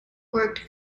worked